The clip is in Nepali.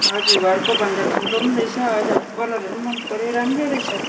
हजुर घरकोभन्दा ठुलो पनि रहेछ हजुर कलरहरू पनि मन पऱ्यो राम्रो रहेछ